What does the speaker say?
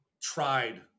tried